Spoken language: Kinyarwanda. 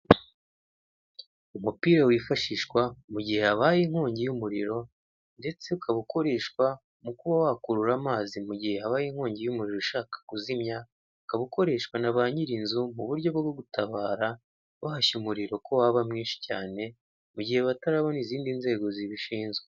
Umupira wifashishwa mu gihe habaye inkongi y'umuriro ndetse ukaba ukoreshwa mu kuba wakurura amazi mugihe habaye inkongi y'umuriro ishaka kuzimya ukaba ukoreshwa naba nyiri inzu mu buryo bwo gutabara bahashya umuriro ko waba mwinshi cyane mu gihe batarabona izindi nzego zibishinzwe.